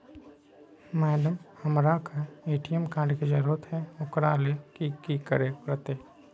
Madam, हमरा के ATM card के जरूरत है ऊकरा ले की की करे परते?